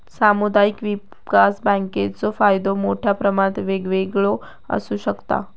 सामुदायिक विकास बँकेचो फायदो मोठ्या प्रमाणात वेगवेगळो आसू शकता